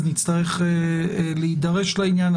נצטרך להידרש לעניין,